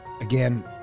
Again